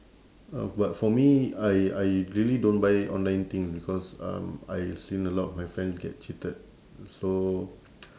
uh but for me I I really don't buy online things because um I seen a lot of my friends get cheated so